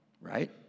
right